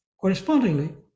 Correspondingly